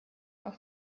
auch